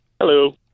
Hello